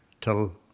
till